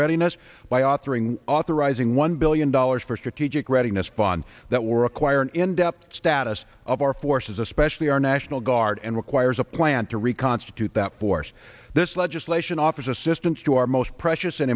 readiness by author ing authorizing one billion dollars for strategic readiness bonds that were acquired and up status of our forces especially our national guard and requires a plan to reconstitute that force this legislation offers assistance to our most precious and